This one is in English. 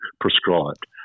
prescribed